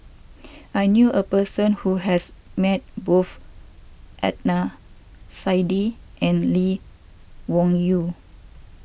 I knew a person who has met both Adnan Saidi and Lee Wung Yew